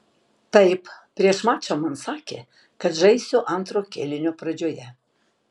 taip prieš mačą man sakė kad žaisiu antro kėlinio pradžioje